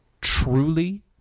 truly